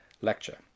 lecture